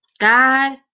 God